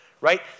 right